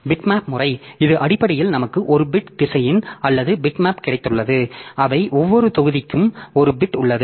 bitmap முறை இது அடிப்படையில் நமக்கு ஒரு பிட் திசையன் அல்லது பிட்மேப் கிடைத்துள்ளது அவை ஒவ்வொரு தொகுதிக்கும் ஒரு பிட் உள்ளது